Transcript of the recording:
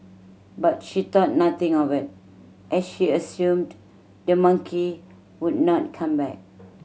but she thought nothing of it as she assumed the monkey would not come back